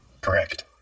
Correct